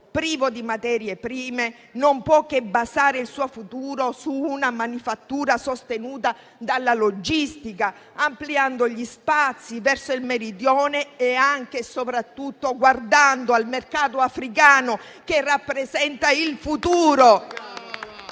privo di materie prime, non può che basare il suo futuro su una manifattura sostenuta dalla logistica, ampliando gli spazi verso il Meridione e anche soprattutto guardando al mercato africano, che rappresenta il futuro.